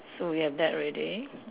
so we have that already